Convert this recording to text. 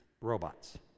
robots